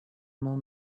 nuo